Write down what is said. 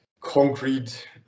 concrete